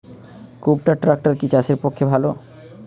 কুবটার ট্রাকটার কি চাষের পক্ষে ভালো?